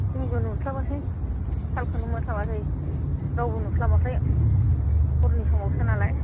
जेबो नुस्लाबासै थालखौनो मोनस्लाबासै रावबो नुस्लाबाखै हरनि समावसोलानाय